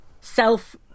self